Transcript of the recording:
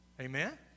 amen